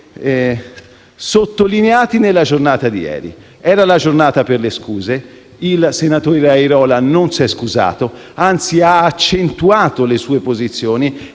sottolineati nella giornata di ieri. Quella di ieri era la giornata per le scuse: il senatore Airola non si è scusato, anzi, ha accentuato le sue posizioni